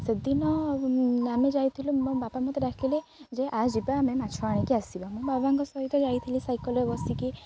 ସେଦିନ ଆମେ ଯାଇଥିଲୁ ମୋ ବାପା ମୋତେ ଡାକିଲେ ଯେ ଆସ ଯିବା ଆମେ ମାଛ ଆଣିକି ଆସିବା ମୋ ବାବାଙ୍କ ସହିତ ଯାଇଥିଲି ସାଇକେଲରେ ବସିକି